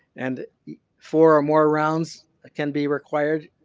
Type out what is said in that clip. and four or more rounds can be required.